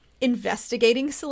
investigating